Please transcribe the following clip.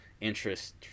interest